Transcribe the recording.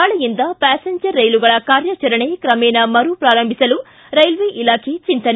ನಾಳೆಯಿಂದ ಪ್ಯಾಸೆಂಜರ್ ರೈಲುಗಳ ಕಾರ್ಯಾಚರಣೆ ಕ್ರಮೇಣ ಮರು ಪ್ರಾರಂಭಿಸಲು ರೈಲ್ವೆ ಇಲಾಖೆ ಚಿಂತನೆ